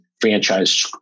franchise